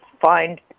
find